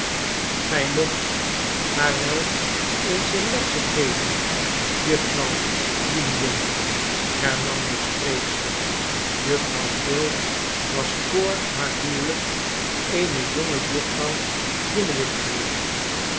gij mocht haar wel eens een lesje geven jufvrouw jiniwin hernam de spreekster jufvrouw quilp was voor haar huwelijk eene jonge jufvrouw jiniwin geweest